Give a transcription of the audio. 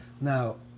Now